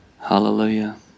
Hallelujah